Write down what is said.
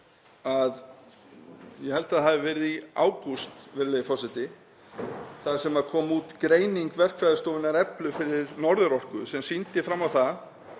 að ég held að það hafi verið í ágúst sem það kom út greining verkfræðistofunnar Eflu fyrir Norðurorku sem sýndi fram á að